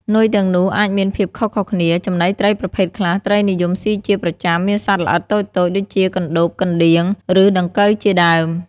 នុយទាំងនោះអាចមានភាពខុសៗគ្នា ចំណីត្រីប្រភេទខ្លះ ត្រីនិយមស៊ីជាប្រចាំមានសត្វល្អិតតូចៗ ដូចជាកណ្ដូប កណ្ដៀង ឬដង្កូវជាដើម។